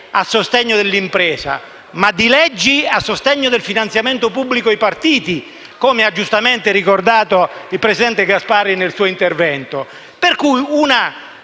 a sostegno dell'impresa, ma di leggi a sostegno del finanziamento pubblico ai partiti, come ha giustamente ricordato il presidente Gasparri nel suo intervento. *(Applausi